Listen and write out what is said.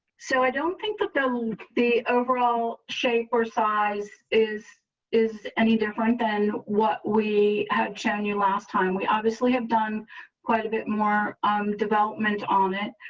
so i don't think that the the overall shape or size is is any different than what we had shown you. last time we obviously have done quite a bit more development on it.